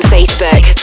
Facebook